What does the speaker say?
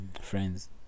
friends